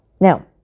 Now